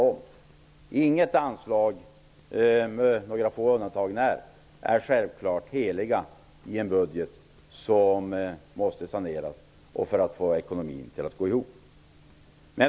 Självklart är inget anslag -- kanske med några få undantag -- heligt i en budget som måste saneras för att ekonomin skall gå ihop.